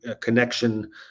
connection